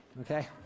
okay